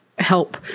help